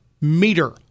meter